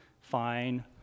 fine